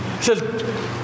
says